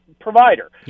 provider